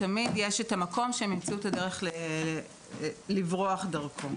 כי תמיד יש את המקום שהם ימצאו את הדרך לברוח דרכו.